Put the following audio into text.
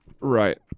Right